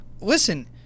Listen